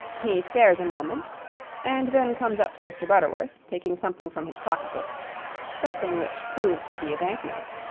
he stares a moment and then comes up to mr. butterworth, taking something from his pocketbook something which proves to be a banknote.